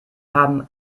haben